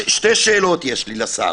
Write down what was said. שתי שאלות יש לי לשר.